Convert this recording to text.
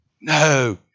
No